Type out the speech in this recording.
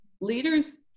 leaders